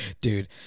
Dude